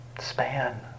span